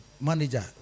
manager